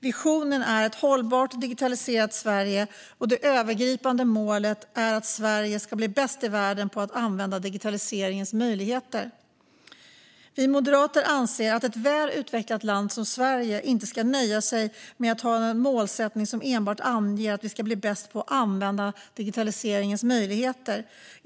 Visionen är ett hållbart digitaliserat Sverige, och det övergripande målet är att Sverige ska bli bäst i världen på att använda digitaliseringens möjligheter. Vi moderater anser att ett väl utvecklat land som Sverige inte ska nöja sig med att ha en målsättning som enbart anger att vi ska bli bäst på att använda digitaliseringens möjligheter.